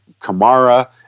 Kamara